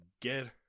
get